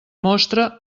mostra